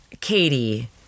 Katie